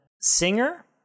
singer